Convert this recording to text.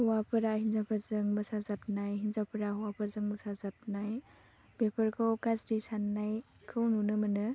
हौवाफोरा हिनजावफोरजों मोसाजाबनाय हिनजावफोरा हौवाफोरजों मोसाजाबनाय बेफोरखौ गाज्रि सान्नायखौ नुनो मोनो